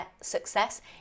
success